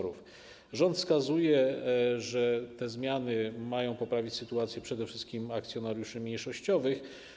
Rząd wskazuje, że te zmiany mają poprawić sytuację przede wszystkim akcjonariuszów mniejszościowych.